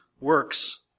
works